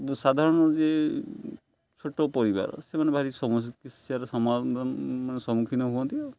କିନ୍ତୁ ସାଧାରଣ ହେଉଛି ଛୋଟ ପରିବାର ସେମାନେ ଭାରି ସମସ୍ୟାର ସମାଧାନ ମାନେ ସମ୍ମୁଖୀନ ହୁଅନ୍ତି ଆଉ